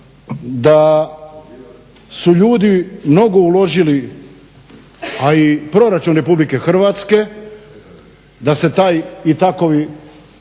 da su ljudi mnogo uložili, a i proračun Republike Hrvatske da se taj i takovi